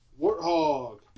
warthog